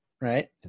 right